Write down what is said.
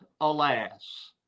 alas